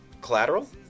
Collateral